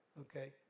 Okay